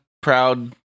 proud